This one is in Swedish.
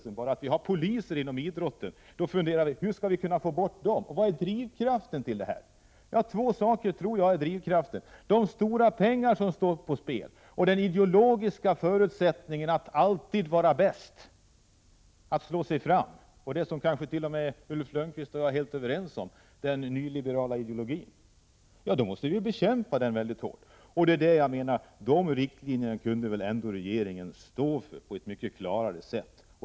Bara själva företeelsen poliser inom idrotten är sjuk. Då är frågan: Hur skall vi kunna få bort dem? Vilken är drivkraften bakom fusket? Jag tror det finns två saker som fungerar som drivkrafter: för det första de stora pengar som står på spel och den ideologiska förutsättningen att man alltid måste vara bäst, att man måste slå sig fram. För det andra det som Ulf Lönnqvist och jag kanske är helt överens om, nämligen den nyliberala ideologin. Den måste vi bekämpa hårt. De riktlinjerna kunde väl regeringen ändå stå för på ett mycket klarare sätt.